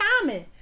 common